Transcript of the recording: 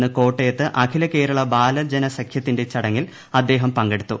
ഇന്ന് കോട്ടയത്ത് അഖില കേരള ബാലജനസഖ്യത്തിന്റെ ചടങ്ങിൽ അദ്ദേഹം പങ്കെടുത്തു